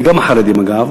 וגם חרדיים אגב,